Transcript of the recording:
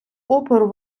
опору